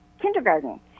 kindergarten